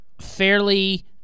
fairly